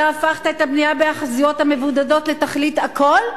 אתה הפכת את הבנייה בהיאחזויות המבודדות לתכלית הכול,